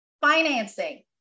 Financing